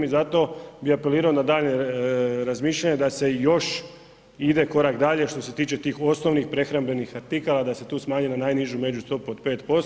I zato bi apelirao na daljnje razmišljanje da se ide još korak dalje što se tiče tih osnovnih prehrambenih artikala da se tu smanji na najnižu međustopu od 5%